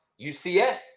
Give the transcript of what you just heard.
UCF